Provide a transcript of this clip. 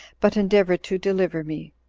but endeavor to deliver me.